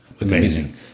Amazing